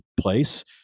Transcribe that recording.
place